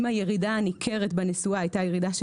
עם הירידה הניכרת בנסועה הייתה ירידה של